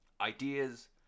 Ideas